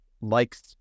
likes